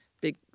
big